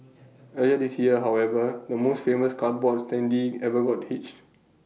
earlier this year however the most famous cardboard standee ever got hitched